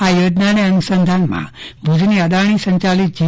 આ યોજનાને અનુસંધાનમાં ભુજની અદાણી સંચાલિત જી